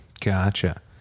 gotcha